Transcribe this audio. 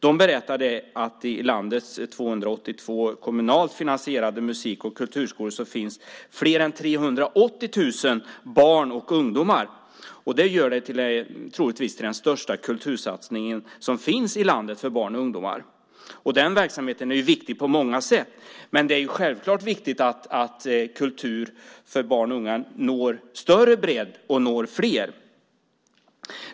De berättade att i landets 282 kommunalt finansierade musik och kulturskolor finns mer än 380 000 barn och ungdomar. Det gör det troligtvis till den största kultursatsning som finns i landet för barn och ungdomar. Den verksamheten är viktig på många sätt. Men det är självklart viktigt att kultur för barn och ungdomar når en större bredd och når fler.